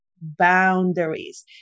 boundaries